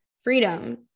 freedom